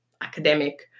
academic